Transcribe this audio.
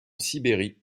sibérie